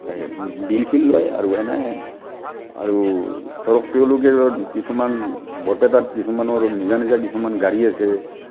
বিল চিল লয় আৰু এনেই আৰু ধৰক তেওঁলোকে কিছুমান বৰপেটাত কিছুমানৰ নিজা নিজা কিছুমান গাড়ী আছে